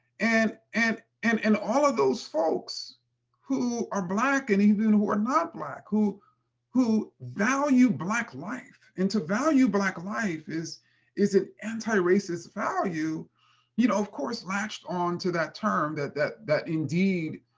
and and and and all of those folks who are black and even who are not black, who who value black life and to value black life is is an anti-racist value you know, of course, latched onto that term that that indeed,